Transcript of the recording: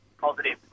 positive